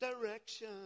direction